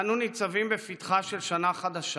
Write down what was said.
אנו ניצבים בפתחה של שנה חדשה,